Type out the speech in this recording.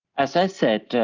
as i said,